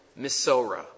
Misora